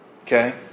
Okay